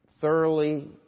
thoroughly